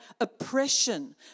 oppression